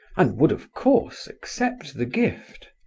and would, of course, accept the gift.